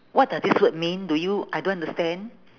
what does this word mean do you I don't understand